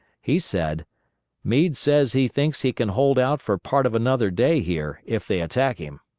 he said meade says he thinks he can hold out for part of another day here, if they attack him.